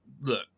Look